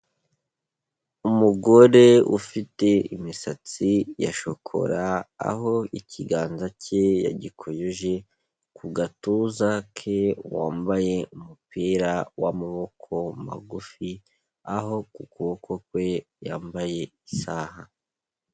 Umugore ufite imisatsi ya shokora, aho ikiganza cye yagikojeje ku gatuza ke, wambaye umupira w'amaboko magufi, aho ku kuboko kwe yambaye isaha.